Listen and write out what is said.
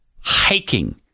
hiking